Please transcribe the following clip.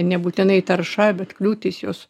nebūtinai tarša bet kliūtys jos